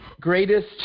greatest